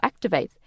activates